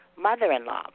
mother-in-law